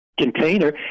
Container